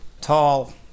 tall